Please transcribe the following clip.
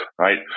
right